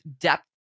depth